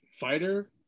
fighter